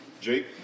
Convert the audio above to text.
Jake